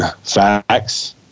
facts